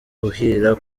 kuhira